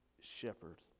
shepherd